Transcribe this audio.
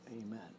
Amen